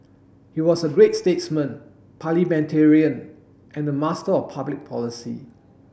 he was a great statesman parliamentarian and a master of public policy